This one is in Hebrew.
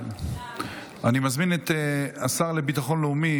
אני מזמין את השר לביטחון לאומי